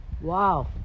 wow